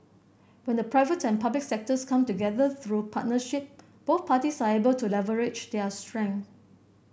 when the private and public sectors come together through partnership both parties are able to leverage their strengths